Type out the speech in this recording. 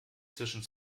zwischen